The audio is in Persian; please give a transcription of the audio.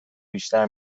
بیشتر